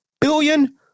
billion